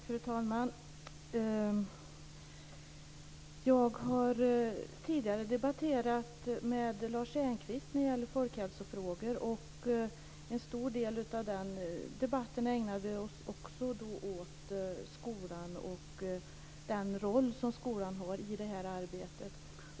Fru talman! Jag har tidigare debatterat med Lars Engqvist om folkhälsofrågor, och en stor del av den debatten ägnade vi också åt skolan och den roll som skolan har i detta arbete.